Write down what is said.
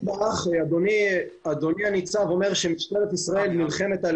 אדוני הניצב אומר שמשטרת ישראל נלחמת על